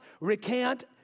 recant